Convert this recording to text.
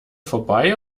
vorbei